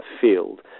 field